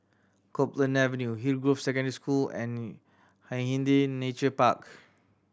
Copeland Avenue Hillgrove Secondary School and Hindhede Nature Park